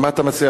מה אתה מציע?